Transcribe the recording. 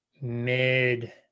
mid